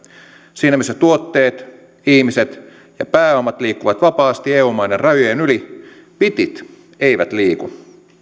siinä missä tuotteet ihmiset ja pääomat liikkuvat vapaasti eu maiden rajojen yli bitit eivät liiku